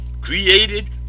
created